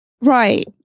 Right